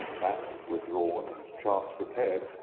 maps were drawn and charts prepared,